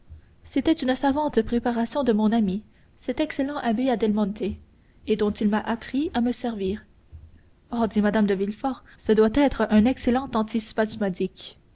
c'était une savante préparation de mon ami cet excellent abbé adelmonte et dont il m'a appris à me servir oh dit mme de villefort ce doit être un excellent